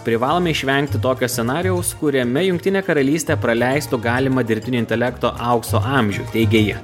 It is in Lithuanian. privalome išvengti tokio scenarijaus kuriame jungtinė karalystė praleistų galimą dirbtinio intelekto aukso amžių teigė ji